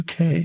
UK